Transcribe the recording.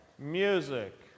Music